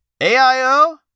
AIO